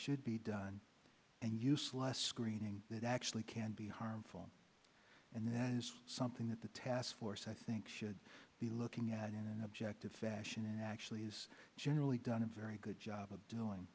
should be done and use less screening that actually can be harmful and that is something that the task force i think should be looking at in an objective fashion and actually is generally done a very good job of doing